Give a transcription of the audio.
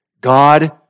God